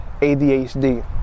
ADHD